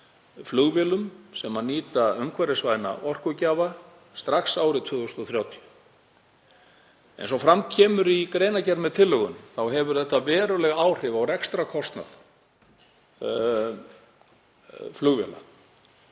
flugvélum sem nýta umhverfisvæna orkugjafa strax árið 2030. Eins og fram kemur í greinargerð með tillögunni hafa orkuskiptin veruleg áhrif á rekstrarkostnað flugvéla